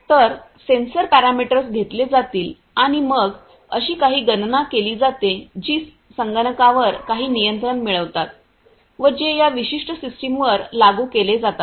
तर sensor parameters घेतले जातील आणि मग अशी काही गणना केली जाते जी संगणकावर काही नियंत्रण मिळवतात व जे या विशिष्ट सिस्टीमवर लागू केले जातात